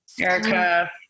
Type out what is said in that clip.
Erica